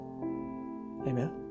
Amen